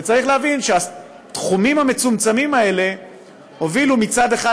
צריך להבין שהתחומים המצומצמים האלה הובילו מצד אחד